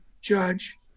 judge